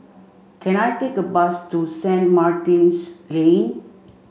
can I take a bus to Saint Martin's Lane